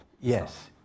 Yes